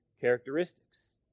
characteristics